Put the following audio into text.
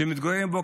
ומתגוררים בו